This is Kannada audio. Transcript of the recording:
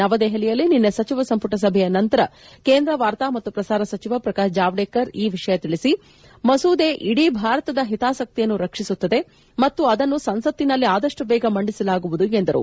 ನವದೆಹಲಿಯಲ್ಲಿ ನಿನ್ನೆ ಸಚಿವ ಸಂಪುಟ ಸಭೆಯ ನಂತರ ಕೇಂದ್ರ ವಾರ್ತಾ ಮತ್ತು ಪ್ರಸಾರ ಸಚಿವ ಪ್ರಕಾಶ್ ಜಾವಡೇಕರ್ ಈ ವಿಷಯ ತಿಳಿಸಿ ಮಸೂದೆ ಇಡೀ ಭಾರತದ ಹಿತಾಸಕ್ತಿಯನ್ನು ರಕ್ಷಿಸುತ್ತದೆ ಮತ್ತು ಅದನ್ನು ಸಂಸತ್ತಿನಲ್ಲಿ ಆದಷ್ಟು ಬೇಗ ಮಂದಿಸಲಾಗುವುದು ಎಂದರು